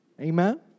Amen